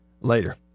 later